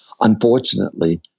Unfortunately